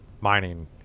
mining